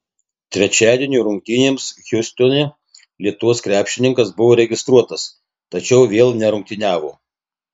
trečiadienio rungtynėms hjustone lietuvos krepšininkas buvo registruotas tačiau vėl nerungtyniavo